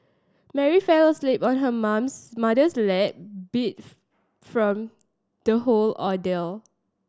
Mary fell asleep on her mom's mother's lap beat from the whole ordeal